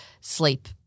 sleep